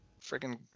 freaking